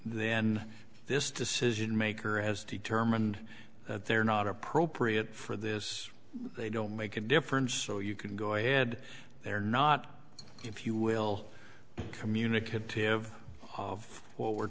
then this decision maker has determined that they're not appropriate for this they don't make a difference so you can go ahead they're not if you will communicative of what we're